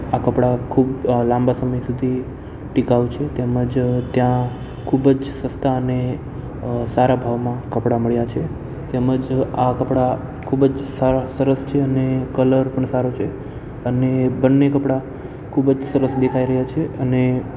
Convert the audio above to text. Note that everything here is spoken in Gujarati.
આ કપડા ખૂબ લાંબા સમય સુધી ટકાઉ છે તેમજ ત્યાં ખૂબ જ સસ્તા અને સારા ભાવમાં કપડા મળ્યા છે તેમજ આ કપડા ખૂબ જ સારા સરસ અને કલર પણ સારો છે અને બંને કપડા ખૂબ જ સરસ દેખાઈ રહ્યા છે અને